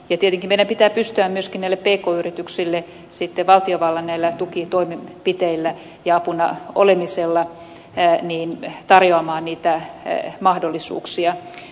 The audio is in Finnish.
tietenkin meidän pitää sitten pystyä myöskin näille pk yrityksille valtiovallan tukitoimenpiteillä ja apuna olemisella tarjoamaan niitä mahdollisuuksia